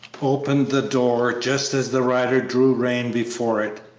opened the door just as the rider drew rein before it.